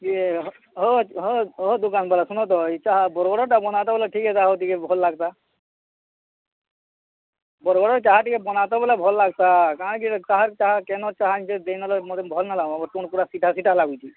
ଇଏ ହଉ ହଉ ହଉ ଦୁକାନ୍ ବାଲା ଶୁନତ ଇଏ ଚାହା ବରଗଡ଼ର୍ଟା ବନାତ ବୋଇଲେ ଟିକେ ହେଇତା ଟିକେ ଭଲ୍ ଲାଗ୍ତା ବରଗଡ଼୍ର ଚାହା ଟିକେ ବନାତ ବୋଲେ ଭଲ୍ ଲାଗ୍ତା କାଣା କି ଇଟା କାହାର୍ ଚାହା କେନର୍ ଚାହା ଆନିଚ ଦେଇନ ମତେ ଭଲ୍ ନାଇଁ ଲାଗ୍ବାର୍ ସିଠା ସିଠା ଲାଗୁଛେ